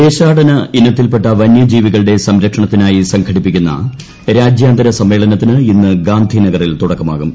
ദേശാടന ഇനത്തിൽപ്പെട്ട വനൃജീവികളുടെ സംരക്ഷണത്തിനായി സംഘടിപ്പിക്കുന്ന രാജ്യാന്തര സമ്മേളനത്തിന് ഇന്ന് ഗാന്ധിനഗറിൽ തുടക്കമാകും